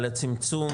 על הצמצום